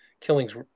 killings